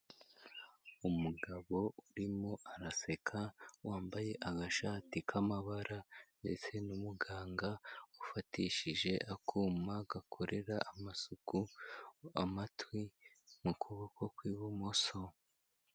Umugabo urimo araseka, wambaye agashati k'amabara ndetse n'umuganga ufatishije akuma gakorera amasuku amatwi, mu kuboko kw'ibumoso.